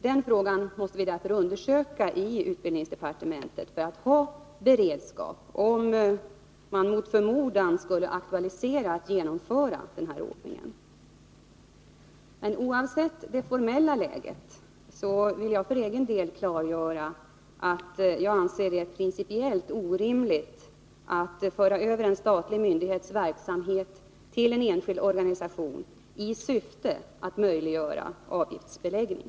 Den frågan måste vi inom utbildningsdepartementet därför undersöka, för att ha en beredskap om man mot förmodan skulle aktualisera att genomföra denna ordning. Oavsett det formella läget vill jag för egen del klargöra att jag anser det principiellt orimligt att föra över en statlig myndighets verksamhet till en enskild organisation i syfte att möjliggöra avgiftsbeläggning.